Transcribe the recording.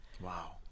Wow